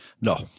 No